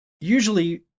Usually